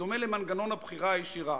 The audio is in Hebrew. בדומה למנגנון הבחירה הישירה,